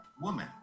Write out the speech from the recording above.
woman